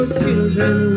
children